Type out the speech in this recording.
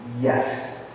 Yes